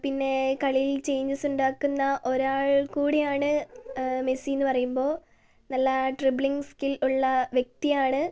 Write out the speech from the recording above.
പിന്നെ കളിയിൽ ചെയിഞ്ചസ് ഉണ്ടാക്കുന്ന ഒരാൾ കൂടിയാണ് മെസ്സിന്ന് പറയുമ്പോ നല്ല ഡ്രിബിലിങ് സ്കിൽ ഉള്ള വ്യക്തിയാണ്